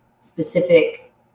specific